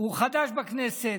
הוא חדש בכנסת,